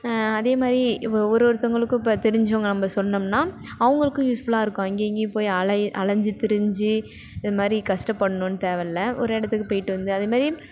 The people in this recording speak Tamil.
அதேமாதிரி இப்போ ஒவ்வொருத்தவங்களுக்கும் இப்போ தெரிஞ்சவங்க நம்ம சொன்னோம்னால் அவங்களுக்கும் யூஸ்ஃபுல்லாக இருக்கும் அங்கேயும் இங்கேயும் போய் அல அலைஞ்சி திரிந்து இதுமாதிரி கஷ்டப்படணும்னு தேவயில்ல ஒரு இடத்துக்கு போய்ட்டு வந்து அதுமாரி